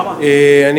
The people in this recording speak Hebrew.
תודה רבה,